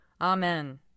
Amen